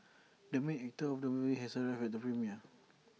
the main actor of the movie has arrived at the premiere